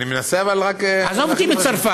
אני מנסה, אבל רק --- עזוב אותי מצרפת.